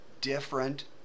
different